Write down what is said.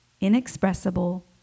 inexpressible